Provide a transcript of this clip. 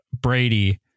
Brady